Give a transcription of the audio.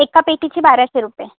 एका पेटीचे बाराशे रुपये